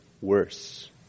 worse